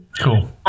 Cool